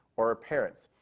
or our parents.